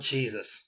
Jesus